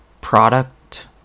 product